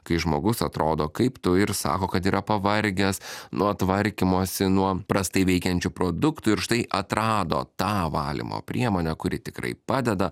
kai žmogus atrodo kaip tu ir sako kad yra pavargęs nuo tvarkymosi nuo prastai veikiančių produktų ir štai atrado tą valymo priemonę kuri tikrai padeda